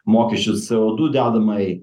mokesčius co du dedamajai